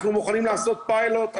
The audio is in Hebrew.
אנחנו מוכנים לעשות פיילוט,